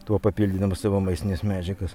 tuo papildydamas savo maistines medžiagas